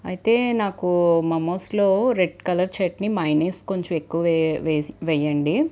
అయితే నాకు మమోస్లో రెడ్ కలర్ చట్నీ మైనస్ కొంచెం ఎక్కువ వేయి వేసి వెయ్యండి